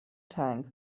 tank